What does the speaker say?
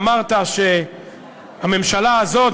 אמרת שהממשלה הזאת,